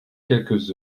quelques